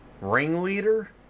ringleader